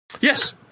yes